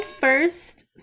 first